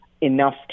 enough